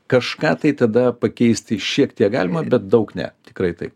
kažką tai tada pakeisti šiek tiek galima bet daug ne tikrai taip